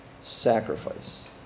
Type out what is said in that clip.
sacrifice